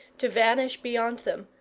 to vanish beyond them,